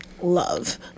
love